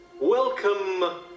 Welcome